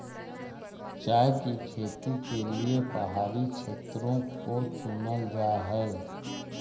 चाय की खेती के लिए पहाड़ी क्षेत्रों को चुनल जा हई